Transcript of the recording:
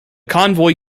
convoy